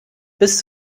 bis